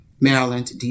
Maryland